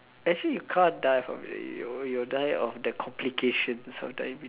actually you can't die from it you will die of the complications of diabetes